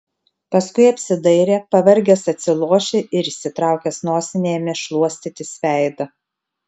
paskui apsidairė pavargęs atsilošė ir išsitraukęs nosinę ėmė šluostytis veidą